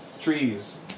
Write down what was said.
Trees